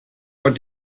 what